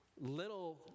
little